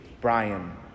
Brian